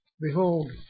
Behold